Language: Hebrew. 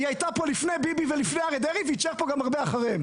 היא הייתה פה לפני ביבי ולפני אריה דרעי והיא תישאר פה גם הרבה אחריהם.